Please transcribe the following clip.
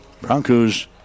Broncos